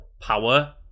power